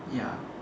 ya